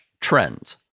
trends